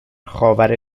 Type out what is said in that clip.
خاور